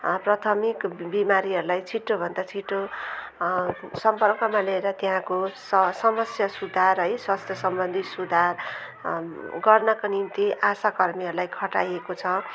प्राथमिक बिमारीहरूलाई छिटोभन्दा छिटो सम्पर्कमा लिएर त्यहाँको स समस्या सुधार है स्वास्थ्यसम्बन्धी सुधार गर्नका निम्ति आसाकर्मीहरूलाई खटाइएको छ